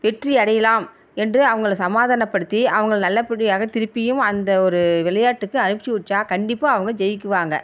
வெற்றி அடையலாம் என்று அவங்கள சமாதானப்படுத்தி அவங்கள நல்லபடியாக திருப்பியும் அந்த ஒரு விளையாட்டுக்கு அனுப்ச்சி வைச்சா கண்டிப்பாக அவங்க ஜெயிக்கு வாங்க